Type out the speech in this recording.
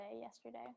yesterday